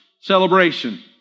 celebration